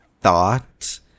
thought